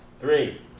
three